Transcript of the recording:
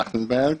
טרכטנברג.